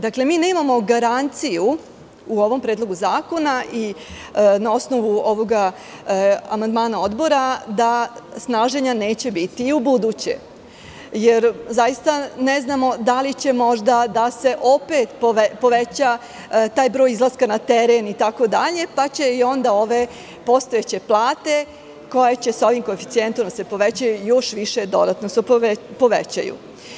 Dakle, mi nemamo garanciju u ovom predlogu zakona i na osnovu ovog amandmana Odbora, da snalaženja neće biti i ubuduće, jer zaista ne znamo da li će možda da se opet poveća taj broj izlaska na teren itd. pa će onda i ove postojeće plate koje će se ovim koeficijentom da se povećaju još više dodatno se povećaju.